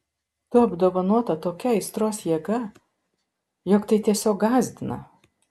tu apdovanota tokia aistros jėga jog tai tiesiog gąsdina